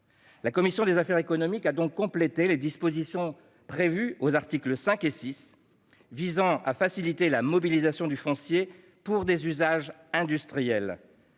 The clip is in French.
La commission des affaires économiques a donc complété les dispositions des articles 5 et 6 visant à faciliter la mobilisation du foncier pour des usages industriels